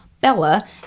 Bella